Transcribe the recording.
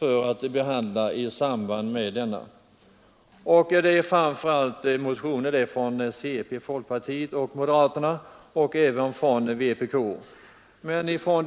Det gäller framför allt motioner från folkpartiet och moderaterna men även från vänsterpartiet kommunisterna.